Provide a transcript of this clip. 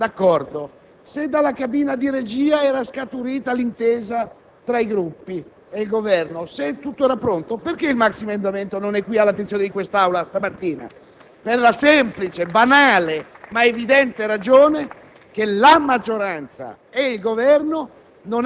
Ebbene, in quella dichiarazione del ministro Chiti vi è tutta la malafede del Governo in questa situazione, perché la premessa di tali considerazioni sul ruolo dell'opposizione è che, entro domani, nel pomeriggio, il Governo presenterà il maxiemendamento e chiederà la fiducia.